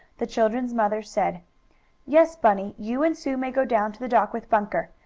the children's mother said yes, bunny, you and sue may go down to the dock with bunker.